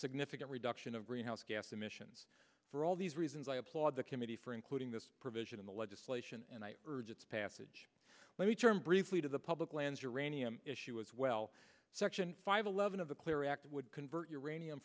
significant reduction of greenhouse gas emissions for all these reasons i applaud the committee for including this provision in the legislation and i urge its passage let me turn briefly to the public lands uranium issue as well section five eleven of the clear act would convert uranium